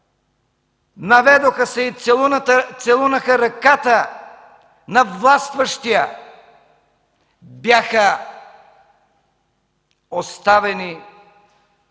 наведоха се и целунаха ръката на властващия, бяха оставени да